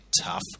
tough